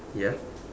ya